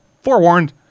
forewarned